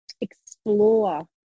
explore